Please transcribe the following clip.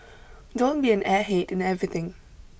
don't be an airhead in everything